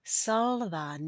salva